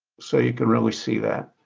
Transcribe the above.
so you can really see that.